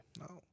No